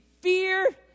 fear